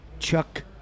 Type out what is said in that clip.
Chuck